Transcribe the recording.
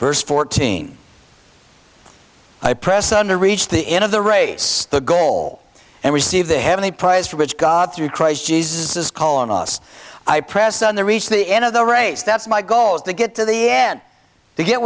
verse fourteen i press on to reach the end of the race the goal and receive the heavenly prize for which god through christ jesus is calling us i press on the reach the end of the race that's my goal is to get to the end to get